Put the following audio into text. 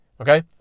Okay